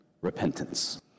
Repentance